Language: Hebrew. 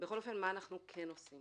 מה אנחנו כן עושים